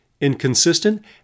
inconsistent